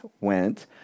went